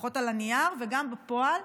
לפחות על הנייר וגם בפועל,